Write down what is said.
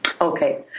Okay